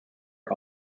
are